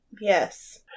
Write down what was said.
Yes